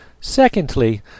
Secondly